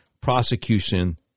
prosecution